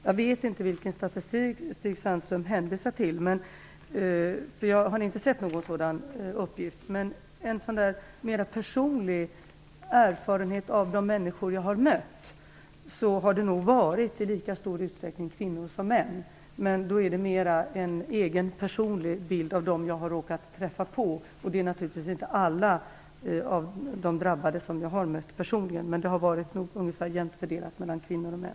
Jag vet inte vilken statistik som Stig Sandström hänvisar till - jag har inte sett någon sådan uppgift - men en mer personlig erfarenhet av de människor som jag har mött är att det i lika stor utsträckning har varit kvinnor som män som har drabbats. Detta är dock en mer personlig bild av dem som jag har råkat att träffa på. Jag har personligen naturligtvis inte mött alla dem som har drabbats. Men antalet drabbade har varit ungefär jämnt fördelat mellan kvinnor och män.